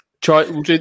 Try